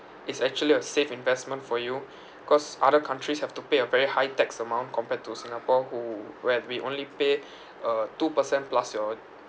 it's actually a safe investment for you cause other countries have to pay a very high tax amount compared to singapore who where we only pay uh two percent plus your